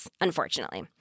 unfortunately